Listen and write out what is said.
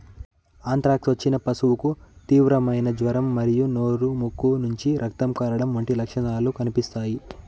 anthrax వచ్చిన పశువుకు తీవ్రమైన జ్వరం మరియు నోరు, ముక్కు నుంచి రక్తం కారడం వంటి లక్షణాలు కనిపిస్తాయి